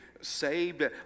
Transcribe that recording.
saved